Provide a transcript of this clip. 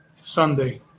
Sunday